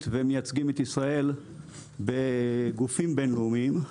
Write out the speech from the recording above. ומייצגים את ישראל בגופים בינלאומיים,